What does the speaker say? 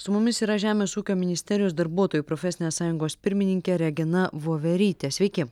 su mumis yra žemės ūkio ministerijos darbuotojų profesinės sąjungos pirmininkė regina voverytė sveiki